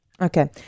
Okay